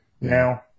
now